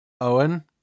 Owen